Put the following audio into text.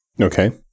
Okay